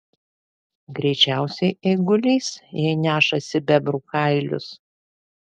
greičiausiai eigulys jei nešasi bebrų kailius